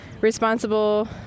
responsible